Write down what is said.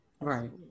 Right